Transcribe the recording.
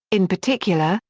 in particular,